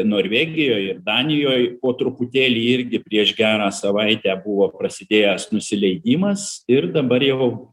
norvegijoj ir danijoj po truputėlį irgi prieš gerą savaitę buvo prasidėjęs nusileidimas ir dabar jau